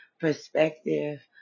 perspective